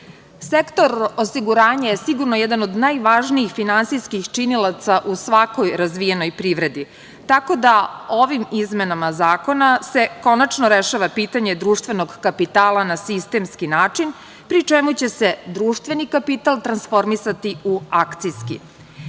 osiguranja je sigurno jedan od najvažnijih finansijskih činilaca u svakoj razvijenog privredi, tako da ovim izmenama zakona se konačno rešava pitanje društvenog kapitala na sistemski način, pri čemu će se društveni kapital transformisati u akcijski.